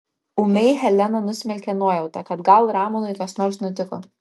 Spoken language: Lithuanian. ūmiai heleną nusmelkė nuojauta kad gal ramonui kas nors nutiko